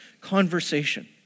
conversation